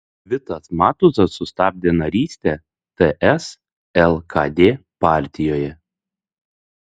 vitas matuzas sustabdė narystę ts lkd partijoje